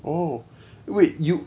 oh wait you